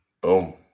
Boom